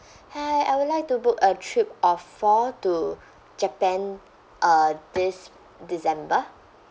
hi I would like to book a trip of four to japan uh this december